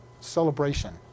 celebration